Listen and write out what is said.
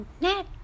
net